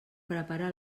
prepara